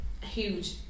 huge